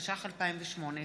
התשע"ח 2018,